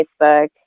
Facebook